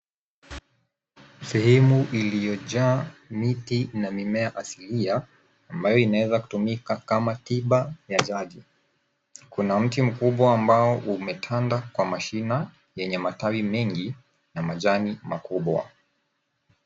Sehemu iliyojaa miti na mimea asilia, mbayo inaweza kutumika kama tiba za zajo. Kuna mti mkubwa ambayo umekanda kwa mashina yenye majani mengi na matawi makubwa.